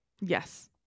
Yes